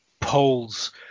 polls